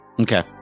Okay